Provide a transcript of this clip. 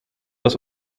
dass